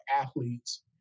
athletes